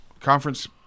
conference